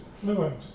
fluent